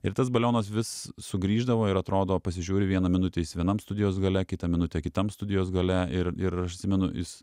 ir tas balionas vis sugrįždavo ir atrodo pasižiūri vieną minutę jis vienam studijos gale kitą minutę kitam studijos gale ir ir aš atsimenu jis